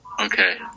okay